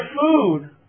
food